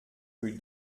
rue